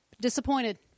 disappointed